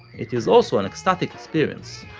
it is also an ecstatic experience,